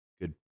good